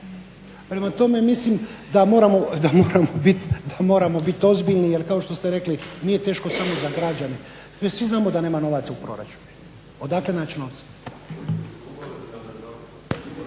Prema tome, mislim da moramo bit ozbiljni jer kao što ste rekli nije teško samo za građane. Svi znamo da nema novaca u proračunu, odakle naći novce?